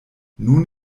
nun